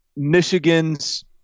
Michigan's